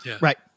right